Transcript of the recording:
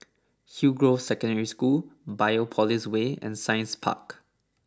Hillgrove Secondary School Biopolis Way and Science Park